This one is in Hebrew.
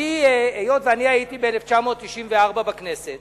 היות שאני הייתי ב-1994 בכנסת